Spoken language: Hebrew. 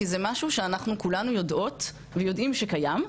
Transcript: כי זה משהו שאנחנו כולנו יודעות ויודעים שקיים.